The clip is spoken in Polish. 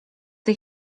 tej